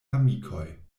amikoj